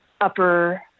upper